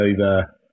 over